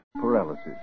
paralysis